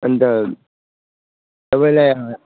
अन्त तपाईँलाई